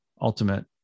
ultimate